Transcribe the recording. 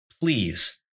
please